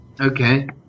Okay